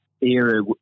era